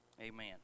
Amen